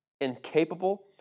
incapable